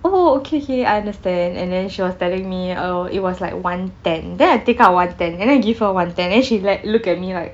oh okay okay I understand and then she was telling me oh it was like one ten then I take out one ten and then I give her one ten then she like look at me like